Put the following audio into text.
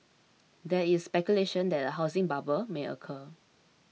there is speculation that a housing bubble may occur